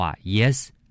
Yes